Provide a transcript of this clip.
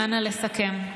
אנא, לסכם.